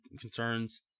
concerns